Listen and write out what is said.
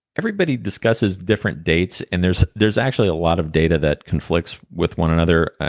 everybody discusses different dates, and there's there's actually a lot of data that conflicts with one another,